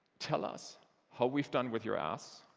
tell us how we've done with your asks.